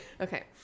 Okay